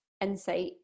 insight